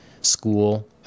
school